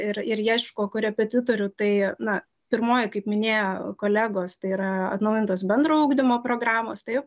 ir ir ieško korepetitorių tai na pirmoji kaip minėjo kolegos tai yra atnaujintos bendro ugdymo programos taip